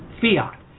fiat